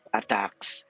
attacks